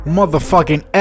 Motherfucking